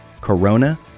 Corona